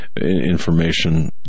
Information